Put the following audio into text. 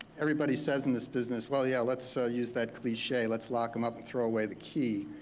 everybody says in this business, well yeah let's so use that cliche. let's lock em up and throw away the key.